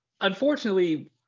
unfortunately